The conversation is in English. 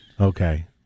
okay